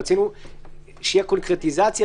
רצינו שתהיה קונקרטיזציה,